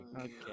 okay